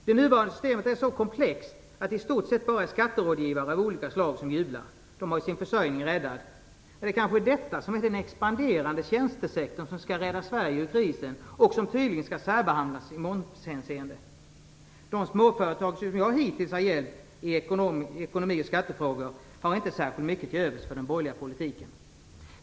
Det nuvarande systemet är så komplext att det i stort sett bara är skatterådgivare av olika slag som jublar. De har sin försörjning räddad. Det kanske är detta som utgör den expanderande tjänstesektorn som skall rädda Sverige ur krisen och som tydligen skall särbehandlas i momshänseende. De småföretagare som jag hittills har hjälpt i ekonomi och skattefrågor har inte särskilt mycket till övers för den borgerliga politiken.